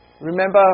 remember